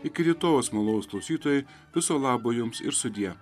iki rytojaus malonūs klausytojai viso labo jums ir sudie